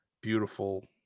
beautiful